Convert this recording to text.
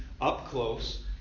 up-close